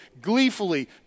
gleefully